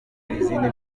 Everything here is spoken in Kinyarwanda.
izindi